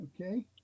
Okay